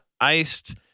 iced